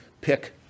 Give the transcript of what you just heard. pick